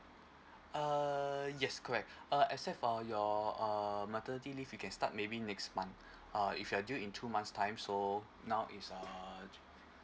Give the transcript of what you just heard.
uh yes correct uh except for your uh maternity leave you can start maybe next month uh if you are due in two months time so now is err